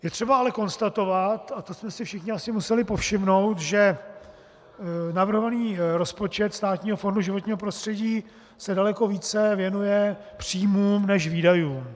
Je třeba ale konstatovat, a to jste si všichni asi museli povšimnout, že navrhovaný rozpočet Státního fondu životního prostředí se daleko více věnuje příjmům než výdajům.